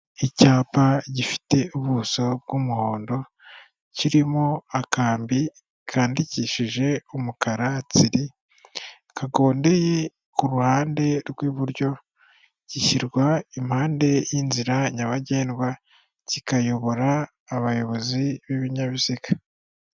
Icyapa gifite ubuso bw'umuhondo kirimo akambi kandikishije umukara tsiriri kagondeye kuhande rw'iburyo gishyirwa impande y'inzira nyabagendwa kikayobora abayobozi b'ibinyabiziga.